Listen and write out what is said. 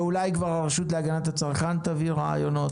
ואולי כבר הרשות להגנת הצרכן תביא רעיונות.